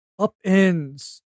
upends